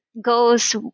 goes